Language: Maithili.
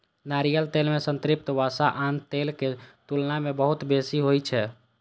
नारियल तेल मे संतृप्त वसा आन तेलक तुलना मे बहुत बेसी होइ छै